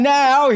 now